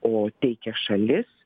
o teikia šalis